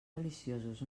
deliciosos